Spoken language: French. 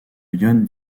ion